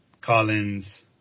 Collins